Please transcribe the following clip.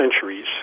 centuries